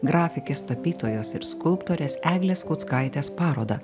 grafikės tapytojos ir skulptorės eglės kuckaitės parodą